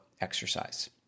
exercise